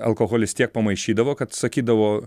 alkoholis tiek pamaišydavo kad sakydavo